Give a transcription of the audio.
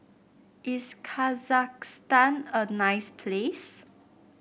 is Kazakhstan a nice place